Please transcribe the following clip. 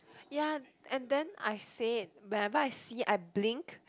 ya and then I said whenever I see I blink